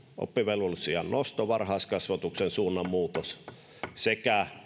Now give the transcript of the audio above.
oppivelvollisuusiän nosto varhaiskasvatuksen suunnan muutos sekä